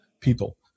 people